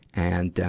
and,